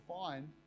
find